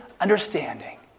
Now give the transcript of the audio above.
understanding